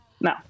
No